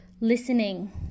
listening